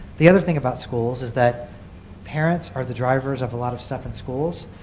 the other thing about schools is that parents are the drivers of a lot of stuff at schools.